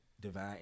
divine